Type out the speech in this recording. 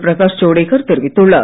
பிரகாஷ் ஜவடேகர் தெரிவித்துள்ளார்